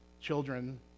children